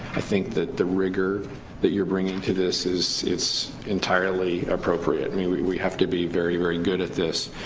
i think that the rigor that you're bringing to this is it's entirely appropriate, i mean we we have to be very, very good at this,